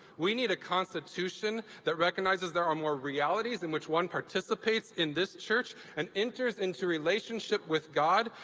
we need a constitution that recognizes there are more realities in which one participates in this church, and enters into relationship with god,